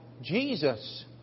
Jesus